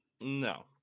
No